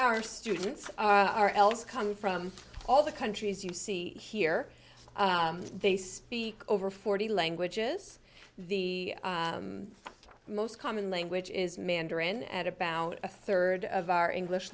are students are else come from all the countries you see here they speak over forty languages the most common language is mandarin and about a rd of our english